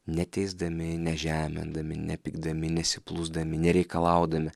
neteisdami nežemindami nepykdami nesiplūsdami nereikalaudami